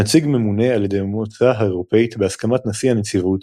הנציג ממונה על ידי המועצה האירופית בהסכמת נשיא הנציבות,